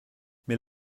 mais